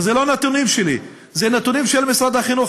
ואלה לא נתונים שלי, אלה נתונים של משרד החינוך.